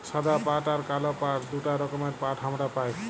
সাদা পাট আর কাল পাট দুটা রকমের পাট হামরা পাই